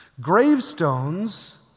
Gravestones